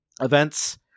events